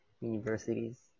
Universities